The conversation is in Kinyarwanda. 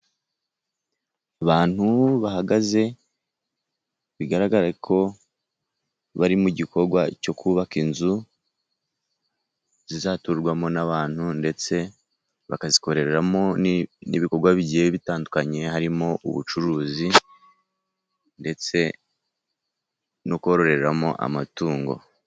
Abantu bahagaze bigaragara ko bari mu gikorwa cyo kubaka inzu zizaturwamo n'abantu ndetse bakazikoreramo n'ibikorwa bigiye bitandukanye harimo ubucuruzi ndetse no kororeramo amatungo.